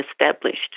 established